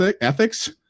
ethics